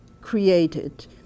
created